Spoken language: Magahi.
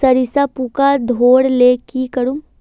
सरिसा पूका धोर ले की करूम?